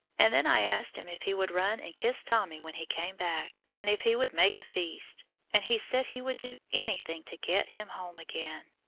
and then i asked him if he would run and kiss tommy when he came back, and if he would make a feast and he said he would do anything to get him home again.